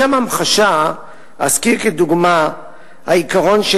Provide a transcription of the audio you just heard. לשם המחשה אזכיר כדוגמה את העיקרון של